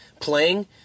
playing